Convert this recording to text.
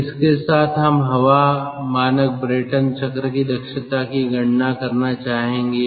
तो इसके साथ हम हवा मानक ब्रेटन चक्र की दक्षता की गणना करना चाहेंगे